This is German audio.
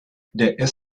der